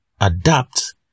adapt